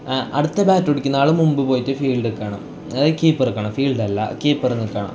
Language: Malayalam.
അടുത്ത ബാറ്റ് പിടിക്കുന്ന ആൾ മുമ്പിൽ പോയിട്ട് ഫീൽഡ് നിൽക്കണം അതായത് കീപ്പർ നിൽക്കണം ഫീൽഡ് അല്ല കീപ്പർ നിൽക്കണം